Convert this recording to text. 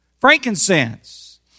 Frankincense